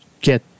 get